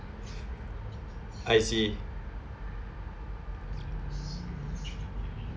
I see